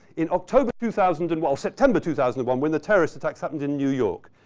in october two thousand and one, september two thousand and one, when the terrorist attacks happened in new york,